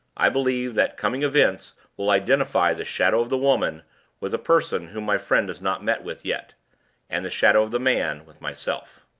i believe that coming events will identify the shadow of the woman with a person whom my friend has not met with yet and the shadow of the man with myself.